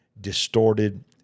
distorted